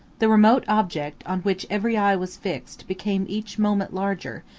the remote object, on which every eye was fixed, became each moment larger,